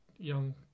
young